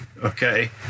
Okay